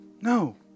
No